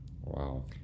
Wow